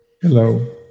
Hello